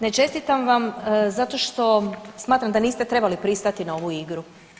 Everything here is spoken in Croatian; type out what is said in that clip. Ne čestitam vam zato što smatram da niste trebali pristati na ovu igru.